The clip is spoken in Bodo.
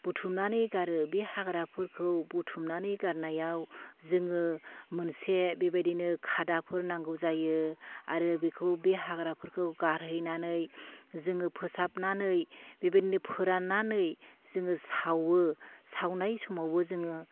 बुथुमनानै गारो बे हाग्राफोरखौ बुथुमनानै गारनायाव जोङो मोनसे बेबायदिनो खादाफोर नांगौ जायो आरो बेखौ बे हाग्राफोरखौ गारहैनानै जोङो फोसाबनानै बेबायदिनो फोराननानै जोङो सावो सावनाय समावबो जोङो